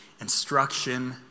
instruction